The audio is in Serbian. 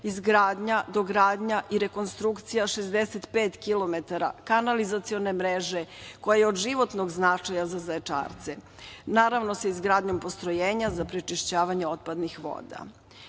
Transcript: izgradnja, dogradnja i rekonstrukcija 65 kilometara kanalizacione mreže, koja je od životnog značaja za Zaječarce, naravno sa izgradnjom postrojenja za prečišćavanje otpadnih